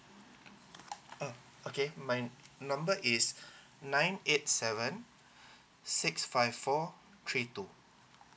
uh okay my number is nine eight seven six five four three two